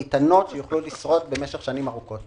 איתנות ויוכלו לשרוד משך שנים ארוכות.